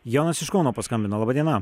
jonas iš kauno paskambino laba diena